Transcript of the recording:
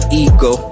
ego